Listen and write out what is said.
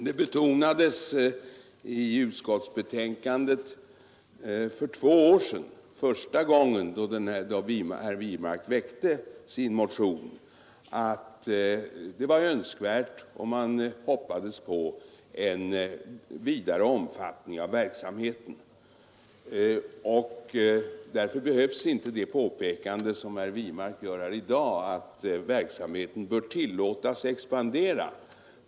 Det betonades i utskottsbetänkandet för två år sedan för första gången då herr Wirmark väckte sin motion att det var önskvärt, och man hoppades på en vidare omfattning av verksamheten. Därför behövs inte det påpekande som herr Wirmark gör här i dag, att verksamheten bör tillåtas expandera.